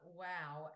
wow